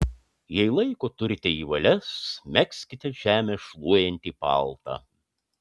jei laiko turite į valias megzkite žemę šluojantį paltą